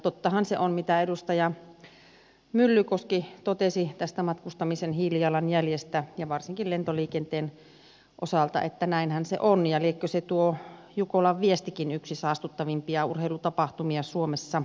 tottahan se on mitä edustaja myllykoski totesi tästä matkustamisen hiilijalanjäljestä ja varsinkin lentoliikenteen osalta että näinhän se on ja liekö tuo jukolan viestikin yksi saastuttavimpia urheilutapahtumia suomessa